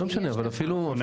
לא משנה, אפילו.